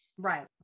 Right